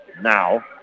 now